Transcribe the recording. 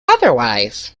otherwise